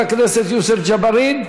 של חבר הכנסת יוסף ג'בארין,